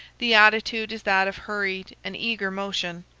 the attitude is that of hurried and eager motion,